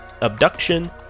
abduction